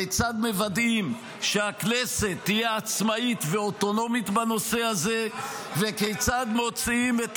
כיצד מוודאים שהכנסת תהיה עצמאית ואוטונומית בנושא הזה וכיצד מוצאים את